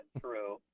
true